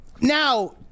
Now